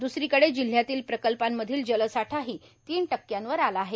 द्सरीकडे जिल्ह्यातील प्रकल्पांमधील जलसाठाही तीन टक्क्यांवर आलेला आहे